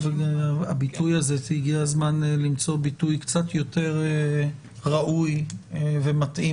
הביטוי הזה שהגיע הזמן למצוא ביטוי קצת יותר ראוי ומתאים.